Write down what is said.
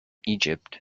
egypt